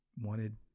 wanted